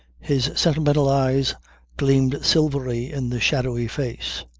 his sentimental eyes gleamed silvery in the shadowy face.